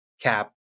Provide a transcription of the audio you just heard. cap